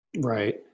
Right